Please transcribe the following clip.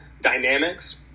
dynamics